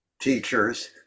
teachers